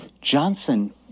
johnson